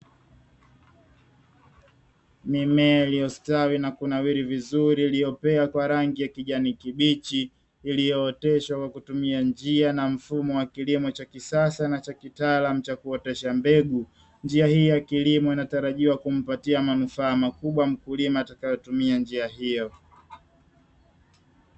Mimea iliyostawi na kunawili vizuri iliyopea kwa rangi ya kijani kibichi, iliyooteshwa kwa kutumia njia na mfumo wa kilimo cha kisasa na cha kitaalamu cha kuotesha mbegu, njia hii ya kilimo inatarajiwa kumpatia manufaa makubwa mkulima atakayo tumia njia hiyo.